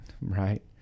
right